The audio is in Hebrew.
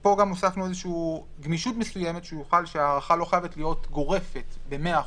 פה גם הוספנו גמישות מסוימת שההארכה לא חייבת להיות גורפת ב-100%,